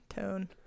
tone